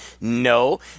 No